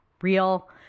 real